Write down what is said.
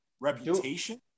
reputation